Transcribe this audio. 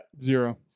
zero